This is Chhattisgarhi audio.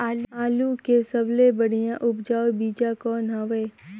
आलू के सबले बढ़िया उपजाऊ बीजा कौन हवय?